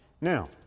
Now